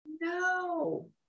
No